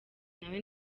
nawe